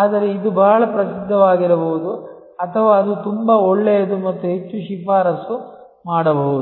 ಆದರೆ ಇದು ಬಹಳ ಪ್ರಸಿದ್ಧವಾಗಿರಬಹುದು ಅಥವಾ ಅದು ತುಂಬಾ ಒಳ್ಳೆಯದು ಮತ್ತು ಹೆಚ್ಚು ಶಿಫಾರಸು ಮಾಡಬಹುದು